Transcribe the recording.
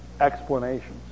explanations